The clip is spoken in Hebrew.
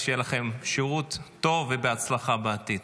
שיהיה לכם שירות טוב, והצלחה בעתיד.